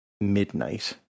midnight